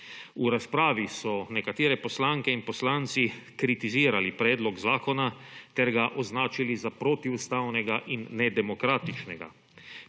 V razpravi so nekatere poslanke in poslanci kritizirali predlog zakona ter ga označili za protiustavnega in nedemokratičnega.